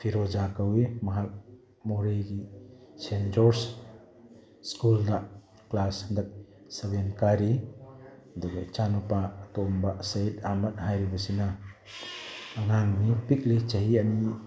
ꯐꯤꯔꯣꯖꯥ ꯀꯧꯏ ꯃꯍꯥꯛ ꯃꯣꯔꯦꯒꯤ ꯁꯦꯟ ꯖꯣꯔꯁ ꯁ꯭ꯀꯨꯜꯗ ꯀ꯭ꯂꯥꯁ ꯍꯟꯗꯛ ꯁꯦꯚꯦꯟ ꯀꯥꯔꯤ ꯑꯗꯨꯒ ꯏꯆꯥꯅꯨꯄꯥ ꯑꯇꯣꯝꯕ ꯁꯍꯤꯠ ꯑꯍꯥꯃꯠ ꯍꯥꯏꯔꯤꯕꯁꯤꯅ ꯑꯉꯥꯡꯅꯤ ꯄꯤꯛꯂꯤ ꯆꯍꯤ ꯑꯅꯤ